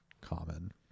common